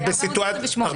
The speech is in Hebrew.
428